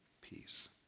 peace